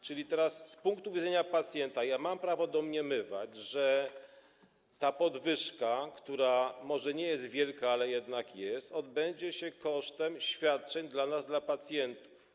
Czyli teraz z punktu widzenia pacjenta mam prawo domniemywać, że ta podwyżka, która może nie jest wielka, ale jednak jest, odbędzie się kosztem świadczeń dla nas, dla pacjentów.